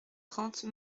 trente